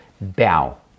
bow